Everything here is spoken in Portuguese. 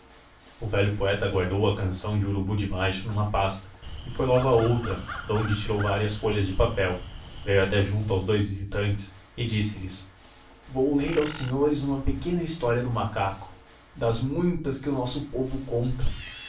o velho poeta guardou a canção de urubu de baixo numa pasta e foi logo à outra donde tirou várias folhas de papel veio até junto aos dous visitantes e disse-lhes vou ler aos senhores uma pequena história do macaco das muitas que o povo conta